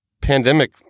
pandemic